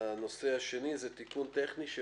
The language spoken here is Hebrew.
הנושא השני הוא תיקון טכני.